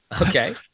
Okay